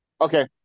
Okay